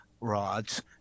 rods